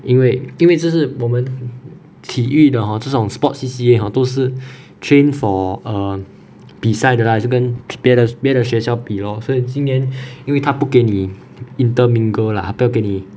因为因为就是我们体育的 hor 这种 sports C_C_A hor 都是 train for err 比赛的啦就跟别的别的学校比 lor 所以今年因为它不给你 intermingle lah 它不要给你